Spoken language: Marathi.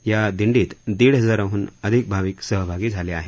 या दिंडीत दीड हजारह्न अधिक भाविक सहभागी झाले आहेत